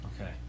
Okay